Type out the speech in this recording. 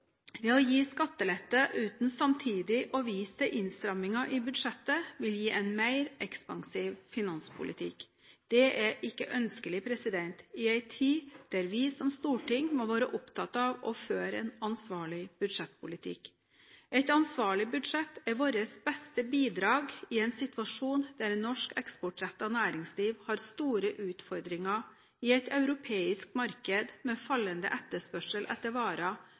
Å gi skattelette uten samtidig å vise til innstramninger i budsjettet vil gi en mer ekspansiv finanspolitikk. Det er ikke ønskelig i en tid der vi som storting må være opptatt av å føre en ansvarlig budsjettpolitikk. Et ansvarlig budsjett er vårt beste bidrag i en situasjon der norsk eksportrettet næringsliv har store utfordringer i et europeisk marked med fallende etterspørsel etter